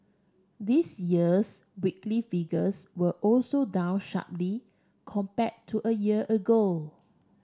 this year's weekly figures were also down sharply compare to a year ago